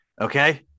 okay